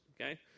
okay